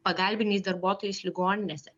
pagalbiniais darbuotojais ligoninėse